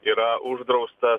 yra uždraustas